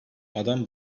adam